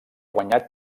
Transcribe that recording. guanyat